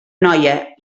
noia